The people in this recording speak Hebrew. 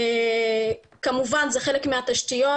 כמובן, זה חלק מהתשתיות.